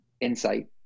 insight